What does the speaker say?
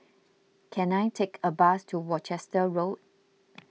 can I take a bus to Worcester Road